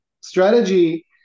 Strategy